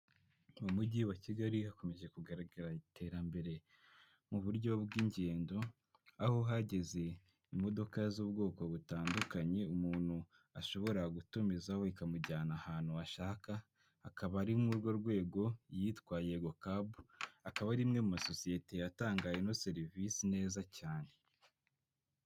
Mu mujyi wa Kigali hakomeje kugaragara iterambere mu buryo bw'ingendo, aho hageze imodoka z'ubwoko butandukanye umuntu ashobora gutumizaho ikamujyana ahantu ashaka, akaba ari mu urwo rwego yitwa Yegokabu, akaba ari imwe mu masosiyete atangaye ino serivisi neza cyane.